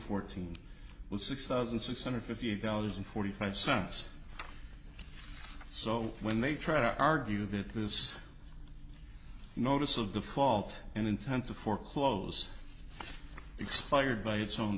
fourteen was six thousand six hundred and fifty dollars forty five cents so when they try to argue that this notice of default and intensive for close expired by its own